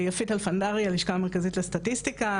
יפית אלפנדרי הלשכה המרכזית לסטטיסטיקה,